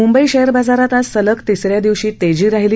Mumbai share बाजारात आज सलग तिसऱ्या दिवशी तेजी राहिली